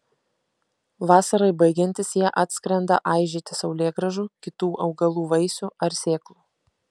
vasarai baigiantis jie atskrenda aižyti saulėgrąžų kitų augalų vaisių ar sėklų